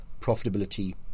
profitability